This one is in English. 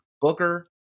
Booker